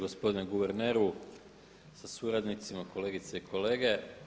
Gospodine guverneru sa suradnicima, kolegice i kolege.